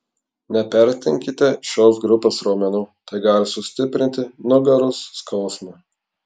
nepertempkite šios grupės raumenų tai gali sustiprinti nugaros skausmą